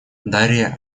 дарья